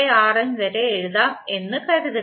1Rn വരെ എഴുതാം എന്ന് കരുതുക